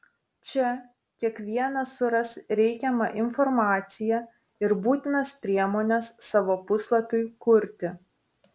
čia kiekvienas suras reikiamą informaciją ir būtinas priemones savo puslapiui kurti